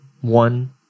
One